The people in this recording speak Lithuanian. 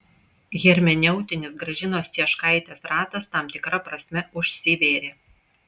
hermeneutinis gražinos cieškaitės ratas tam tikra prasme užsivėrė